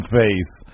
face